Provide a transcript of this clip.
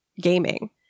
gaming